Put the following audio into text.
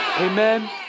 Amen